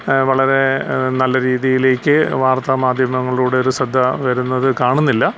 വളരെ നല്ല രീതിയിലേക്ക് വാർത്ത മാദ്ധ്യമങ്ങളിലൂടെ ഒരു ശ്രദ്ധ വരുന്നത് കാണുന്നില്ല